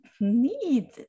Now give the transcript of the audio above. need